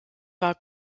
war